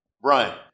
Brian